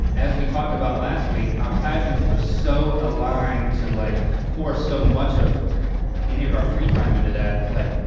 as we talked about last week, our passions were so aligned to, like, pour so much of any of our free time into that was like,